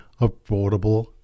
affordable